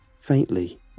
faintly